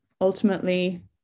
ultimately